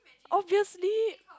obviously